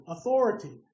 authority